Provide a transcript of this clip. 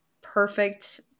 perfect